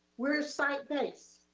we're a site base